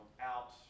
out